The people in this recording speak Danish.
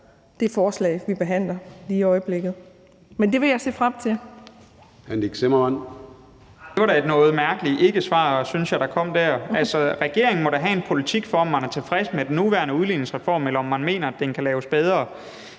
Gade): Hr. Nick Zimmermann. Kl. 14:23 Nick Zimmermann (DF): Det var da et mærkeligt ikkesvar, synes jeg, der kom der. Regeringen må da have en politik for, om man er tilfreds med den nuværende udligningsreform, eller om man mener, at den kan laves bedre.